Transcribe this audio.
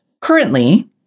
Currently